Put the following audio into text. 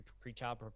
pre-child